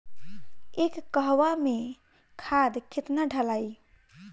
एक कहवा मे खाद केतना ढालाई?